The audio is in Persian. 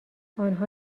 آنها